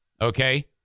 Okay